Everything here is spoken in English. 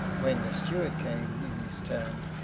when the steward came in his turn,